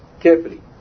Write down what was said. carefully